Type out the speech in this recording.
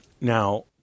now